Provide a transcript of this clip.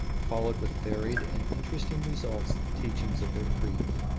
followed with varied and interesting results the teachings of their creed.